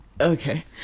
Okay